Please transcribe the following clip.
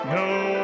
no